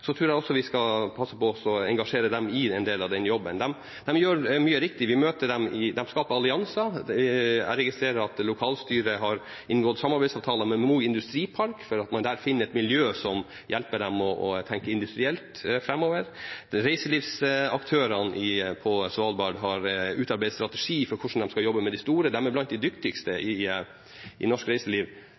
tror jeg vi skal passe på også å engasjere lokalsamfunnet i en del av den jobben. De gjør mye riktig. De skaper allianser – jeg registrerer at lokalstyret har inngått samarbeidsavtale med Mo industripark fordi man der finner et miljø som hjelper dem å tenke industrielt framover. Reiselivsaktørene på Svalbard har utarbeidet en strategi for hvordan de skal jobbe med de store. De er blant de dyktigste i norsk reiseliv til å utnytte et lokomotiv som Hurtigruta i forhold til å skape et kvalitativt godt reiseliv,